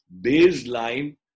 baseline